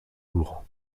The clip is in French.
lourd